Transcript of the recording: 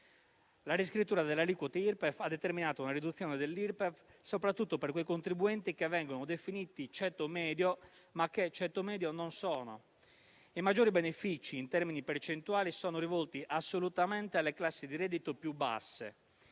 La riscrittura delle aliquote Irpef ha determinato una riduzione dell'Irpef soprattutto per quei contribuenti che vengono definiti ceto medio, ma che ceto medio non sono. I maggiori benefici in termini percentuali sono rivolti assolutamente alle classi di reddito più basse;